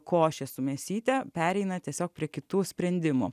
košė su mėsyte pereina tiesiog prie kitų sprendimų